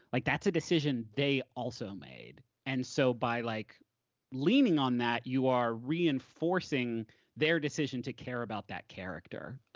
like that's a decision they also made. and so by like leaning on that, you are reinforcing their decision to care about that character,